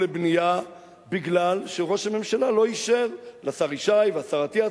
לבנייה בגלל שראש הממשלה לא אישר לשר ישי ולשר אטיאס.